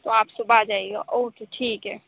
تو آپ صبح آ جائیے گا اوکے ٹھیک ہے